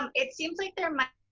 um it seems like there might.